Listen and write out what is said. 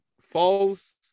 falls